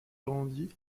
grandit